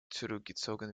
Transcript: zurückgezogen